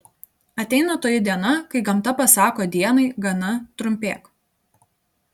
ateina toji diena kai gamta pasako dienai gana trumpėk